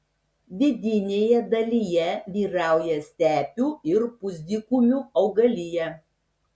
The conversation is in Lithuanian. vidinėje dalyje vyrauja stepių ir pusdykumių augalija